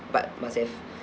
but must have